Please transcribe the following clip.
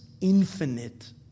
infinite